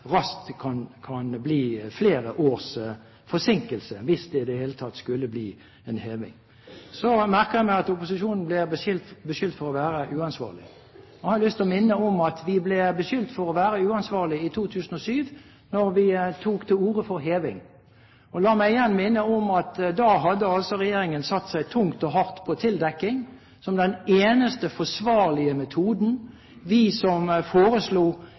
raskt kan bli flere års forsinkelse, hvis det i det hele tatt skulle bli en heving. Så merker jeg meg at opposisjonen blir beskyldt for å være uansvarlig. Jeg har lyst til å minne om at vi ble beskyldt for å være uansvarlige i 2007 da vi tok til orde for heving. La meg igjen minne om at regjeringen da hadde satset tungt og hardt på tildekking som den eneste forsvarlige metoden. Vi som foreslo